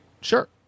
sure